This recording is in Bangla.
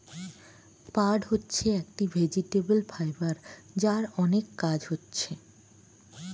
পাট হচ্ছে একটি ভেজিটেবল ফাইবার যার অনেক কাজ হচ্ছে